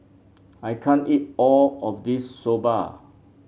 I can't eat all of this Soba